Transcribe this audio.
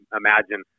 imagine